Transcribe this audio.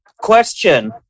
question